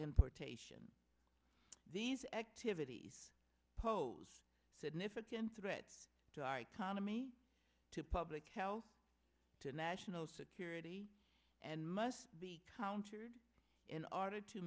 importation these activities pose a significant threat to our economy to public health to national security and must be countered in order to